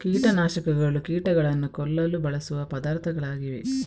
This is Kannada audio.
ಕೀಟ ನಾಶಕಗಳು ಕೀಟಗಳನ್ನು ಕೊಲ್ಲಲು ಬಳಸುವ ಪದಾರ್ಥಗಳಾಗಿವೆ